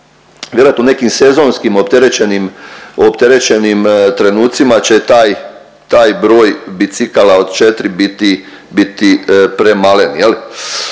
Vjerojatno u nekim sezonskim opterećenim, opterećenim trenucima će taj, taj broj bicikala od četiri biti, biti premalen